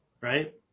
right